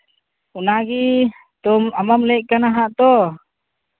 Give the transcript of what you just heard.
ᱚᱱᱟᱜᱮ ᱛᱚ ᱟᱢ ᱢᱟᱢ ᱞᱟᱹᱭᱮᱫ ᱠᱟᱱ ᱦᱟᱸᱜ ᱛᱚ